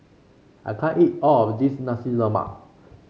I can't eat all of this Nasi Lemak